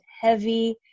heavy